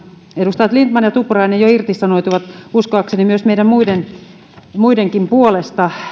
edustajat lindtman ja tuppurainen jo irtisanoutuivat uskoakseni myös meidän muidenkin puolesta